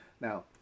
Now